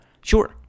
sure